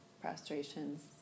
prostrations